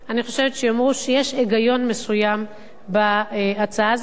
אני חושבת שיאמרו שיש היגיון מסוים בהצעה הזו.